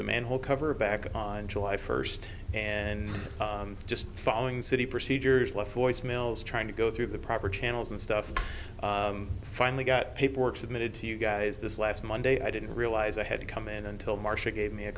the manhole cover back on july first and just following city procedures left voice mails trying to go through the proper channels and stuff finally got paperwork submitted to you guys this last monday i didn't realize i had to come in until marsha gave me a